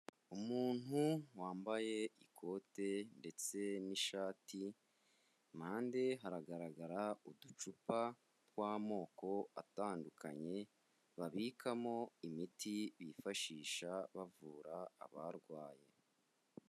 Umuntu wambaye ikote ndetse n'ishati, impande ye haragaragara uducupa tw'amoko atandukanye, babikamo imiti bifashisha bavura abarwaye.